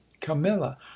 camilla